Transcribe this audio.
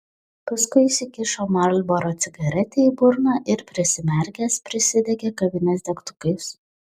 paskui įsikišo marlboro cigaretę į burną ir prisimerkęs prisidegė kavinės degtukais